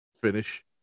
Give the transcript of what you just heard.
finish